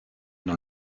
dans